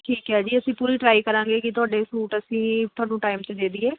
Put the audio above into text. ਠੀਕ ਹੈ ਜੀ ਅਸੀਂ ਪੂਰੀ ਟਰਾਈ ਕਰਾਂਗੇ ਕਿ ਤੁਹਾਡੇ ਸੂਟ ਅਸੀਂ ਤੁਹਾਨੂੰ ਟਾਈਮ 'ਤੇ ਦੇ ਦਈਏ